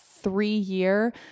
three-year